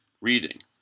reading